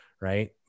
right